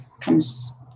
comes